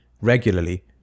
regularly